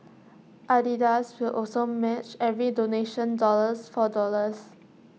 Adidas will also match every donation dollars for dollars